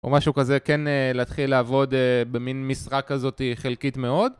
או משהו כזה, כן, להתחיל לעבוד במין משרה כזאתי חלקית מאוד.